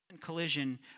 collision